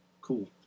cool